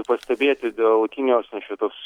pastėbėti dėl kinijos na čia toks